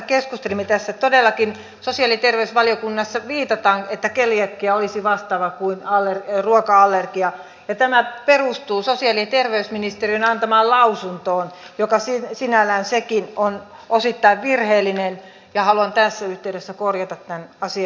keskustelimme tässä ja todellakin sosiaali ja terveysvaliokunnassa viitataan että keliakia olisi vastaava kuin ruoka allergia ja tämä perustuu sosiaali ja terveysministeriön antamaan lausuntoon joka sinällään sekin on osittain virheellinen ja haluan tässä yhteydessä korjata tämän asian